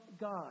God